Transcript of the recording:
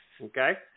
Okay